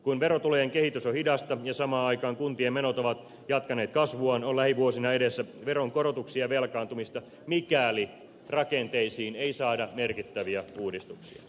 kun verotulojen kehitys on hidasta ja samaan aikaan kun tien menot ovat jatkaneet kasvuaan on lähivuosina edessä veronkorotuksia velkaantumista mikäli rakenteisiin ei saada merkittäviä uudistuksia